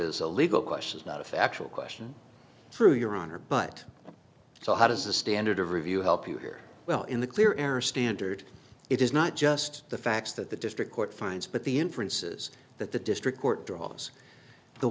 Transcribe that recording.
a legal question is not a factual question through your honor but so how does a standard of review help you here well in the clear air standard it is not just the facts that the district court finds but the inferences that the district court draws the